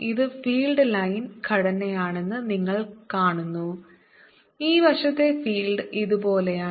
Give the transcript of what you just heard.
ഇത് field line ഘടനയാണെന്ന് നിങ്ങൾ കാണുന്നു ഈ വശത്തെ ഫീൽഡ് ഇതുപോലെയാണ്